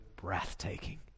Breathtaking